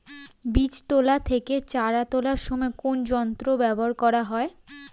বীজ তোলা থেকে চারা তোলার সময় কোন যন্ত্র ব্যবহার করা হয়?